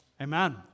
Amen